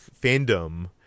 fandom